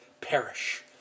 perish